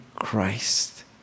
Christ